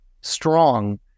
Strong